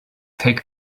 take